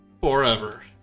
forever